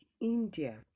India